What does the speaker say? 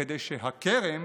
וכדי שהכרם